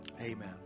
Amen